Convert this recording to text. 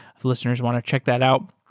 if listeners want to check that out.